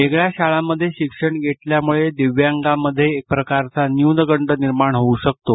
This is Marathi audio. वेगळ्या शाळांमध्ये शिक्षण घेतल्यामुळे दिव्यांगांमध्ये एक प्रकारचा न्यूनगंड निर्माण होऊ शकतो